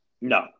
No